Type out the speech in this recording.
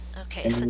okay